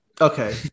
Okay